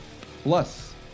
Plus